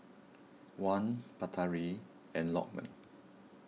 Wan Batari and Lokman